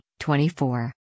24